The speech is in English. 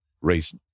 race